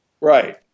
Right